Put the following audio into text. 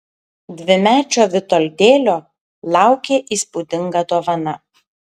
dvimečio vitoldėlio laukė įspūdinga dovana